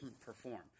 perform